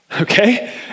okay